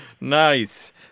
Nice